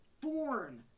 born